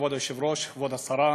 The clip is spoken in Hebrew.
כבוד היושב-ראש, כבוד השרה,